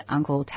Uncle